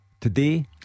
Today